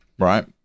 right